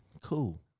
cool